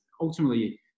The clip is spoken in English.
ultimately